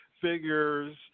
figures